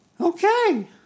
Okay